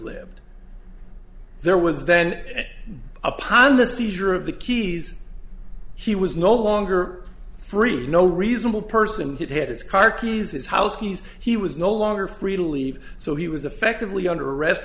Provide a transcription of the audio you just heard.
lived there was then upon the seizure of the keys he was no longer free no reasonable person had had his car keys his house keys he was no longer free to leave so he was affectively under arrest